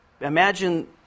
imagine